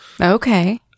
okay